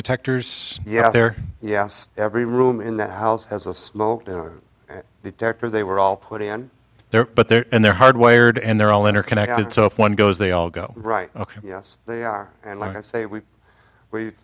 detectors yes they're yes every room in the house has a smoke detector they were all put in there but they're and they're hard wired and they're all interconnected so if one goes they all go right ok yes they are and like i say we